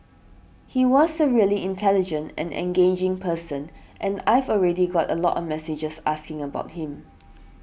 he was a really intelligent and engaging person and I've already got a lot of messages asking about him